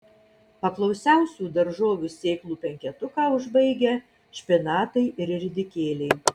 paklausiausių daržovių sėklų penketuką užbaigia špinatai ir ridikėliai